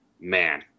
man